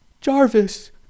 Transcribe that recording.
Jarvis